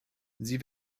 sie